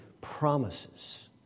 promises